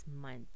Month